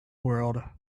world